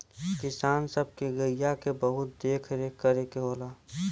किसान सब के गइया के बहुत देख रेख करे के होला